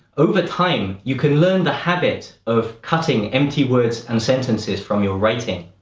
over time you can learn the habit of cutting empty words and sentences from your writing.